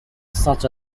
such